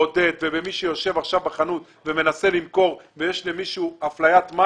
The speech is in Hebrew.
עודד ומי שיושב עכשיו בחנות ומנסה למכור למישהו יש אפליית מס